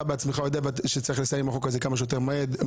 אתה בעצמך יודע שצריך לסיים עם החוק הזה כמה שיותר מהר.